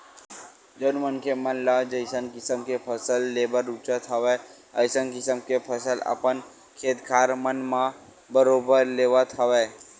जउन मनखे मन ल जइसन किसम के फसल लेबर रुचत हवय अइसन किसम के फसल अपन खेत खार मन म बरोबर लेवत हवय